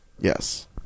Yes